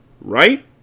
right